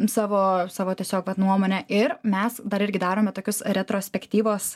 savo savo tiesiog vat nuomone ir mes dar irgi darome tokius retrospektyvos